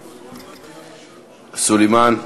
סלימאן,